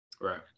Right